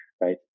Right